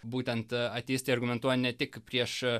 būtent a ateistai argumentuoja ne tik prieš a